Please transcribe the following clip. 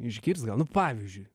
išgirst gal nu pavyzdžiui